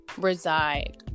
reside